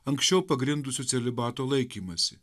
anksčiau pagrindusių celibato laikymąsi